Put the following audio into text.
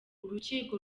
urukiko